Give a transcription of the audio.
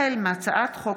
החל בהצעת חוק